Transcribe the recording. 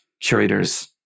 curators